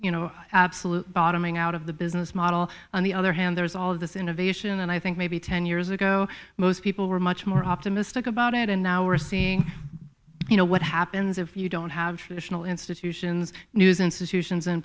you know absolute bottoming out of the business model on the other hand there is all of this innovation and i think maybe ten years ago most people were much more optimistic about it and now we're seeing you know what happens if you don't have traditional institutions news institutions in